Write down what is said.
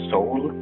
Soul